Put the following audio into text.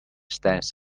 stands